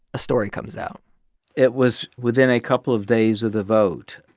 a story comes out it was within a couple of days of the vote.